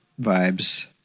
vibes